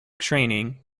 training